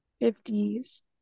fifties